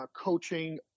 coaching